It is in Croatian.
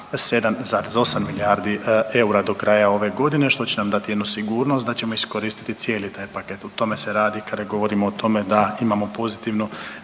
7,8 milijardi eura do kraja ove godine, što će nam dati jednu sigurnost da ćemo iskoristiti cijeli taj paket, o tome se radi kada govorimo o tome da imamo pozitivnu